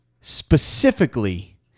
specifically